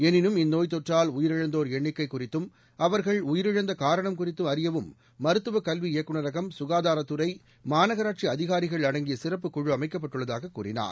எனினும் இந்நோய்த்தொற்றால் உயிரிழந்தோர் எண்ணிக்கை குறித்தும் அவர்கள் உயிரிழந்த காரணம் குறித்து அறியவும் மருத்துவக் கல்வி இயக்குநரகம் சுகாதாரத்துறை மாநகராட்சி அதிகாரிகள் அடங்கிய சிறப்புக்குழு அமைக்கப்பட்டுள்ளதாக கூறினார்